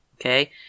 Okay